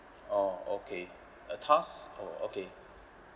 oh okay a task oh okay